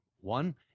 One